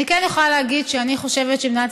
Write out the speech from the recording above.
אני כן יכולה להגיד שאני חושבת שבמדינת